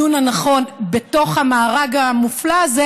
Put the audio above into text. גם של העמותות וגם של האיזון הנכון בתוך המארג המופלא הזה.